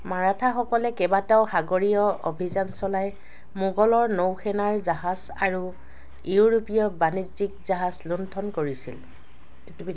মাৰাঠাসকলে কেইবাটাও সাগৰীয় অভিযান চলাই মোগলৰ নৌসেনাৰ জাহাজ আৰু ইউৰোপীয় বাণিজ্যিক জাহাজ লুণ্ঠন কৰিছিল